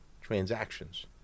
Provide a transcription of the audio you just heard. transactions